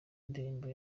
indirimbo